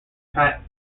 pat